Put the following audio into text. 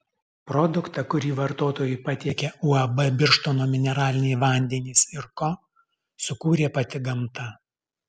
produktą kurį vartotojui patiekia uab birštono mineraliniai vandenys ir ko sukūrė pati gamta